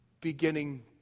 beginning